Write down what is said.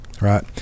right